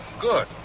Good